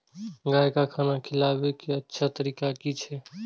गाय का खाना खिलाबे के अच्छा तरीका की छे?